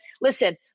listen